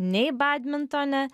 nei badmintone